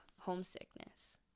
homesickness